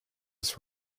its